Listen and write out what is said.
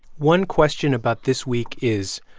one question about this week is,